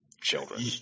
children